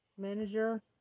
manager